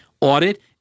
audit